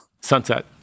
Sunset